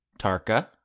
Tarka